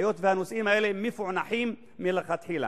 היות שהנושאים האלה מפוענחים מלכתחילה.